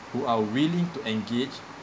who are willing to engage